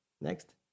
Next